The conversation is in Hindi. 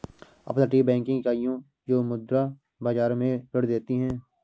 अपतटीय बैंकिंग इकाइयां यूरोमुद्रा बाजार में ऋण देती हैं